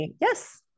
yes